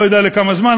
אני לא יודע לכמה זמן,